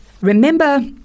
Remember